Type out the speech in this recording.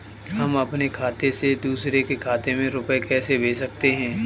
हम अपने खाते से दूसरे के खाते में रुपये कैसे भेज सकते हैं?